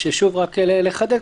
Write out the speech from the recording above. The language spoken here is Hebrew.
שוב, רק לחדד.